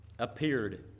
appeared